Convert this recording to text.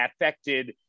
affected